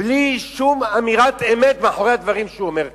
בלי שום אמירת אמת מאחורי הדברים שהוא אומר כאן.